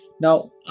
Now